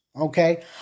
okay